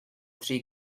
three